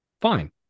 fine